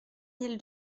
mille